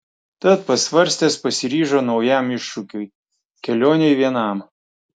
tad pasvarstęs pasiryžo naujam iššūkiui kelionei vienam